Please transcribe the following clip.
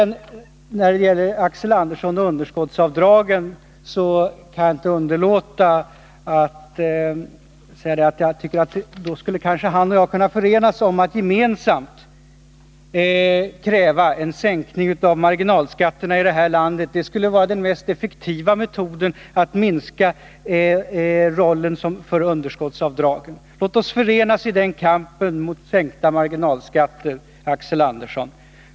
När det gäller Axel Andersson och underskottsavdragen kan jag inte underlåta att säga, att jag tycker att han och jag kunde förenas om att gemensamt kräva en sänkning av marginalskatterna. Det skulle vara det mest effektiva sättet att minska underskottsavdragens roll. Låt oss förenas i kampen för sänkta marginalskatter, Axel Andersson!